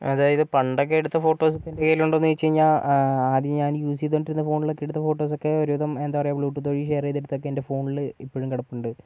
അതായത് പണ്ടൊക്കെ എടുത്ത ഫോട്ടോസ് ഇപ്പോൾ എൻ്റെ കൈയിലുണ്ടോന്ന് ചോദിച്ചു കഴിഞ്ഞാൽ ആദ്യം ഞാൻ യൂസ് ചെയ്തോണ്ടിരുന്ന ഫോണിലൊക്കെ എടുത്ത ഫോട്ടോസ്സൊക്കെ ഒരുവിധം എന്താ പറയാ ബ്ലൂ ടൂത്ത് വഴി ഷെയർ ചെയ്തെടുത്തൊക്കെ എൻ്റെ ഫോണിൽ ഇപ്പോഴും കിടപ്പുണ്ട്